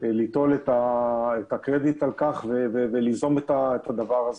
ליטול את הקרדיט על כך וליזום את הדבר הזה.